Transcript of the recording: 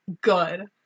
good